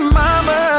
mama